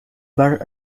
bar